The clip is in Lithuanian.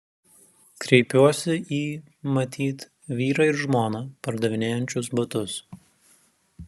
kreipiuosi į matyt vyrą ir žmoną pardavinėjančius batus